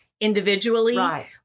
individually